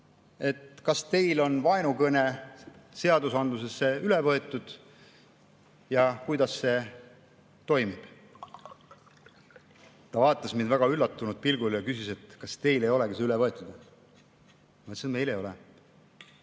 et kas neil on vaenukõne seadusandlusesse üle võetud ja [kui on, siis] kuidas see toimib. Ta vaatas mind väga üllatunud pilgul ja küsis, et kas meil ei olegi see üle võetud. Ütlesin, et meil ei ole.